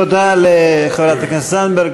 תודה לחברת הכנסת זנדברג.